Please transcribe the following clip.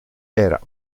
era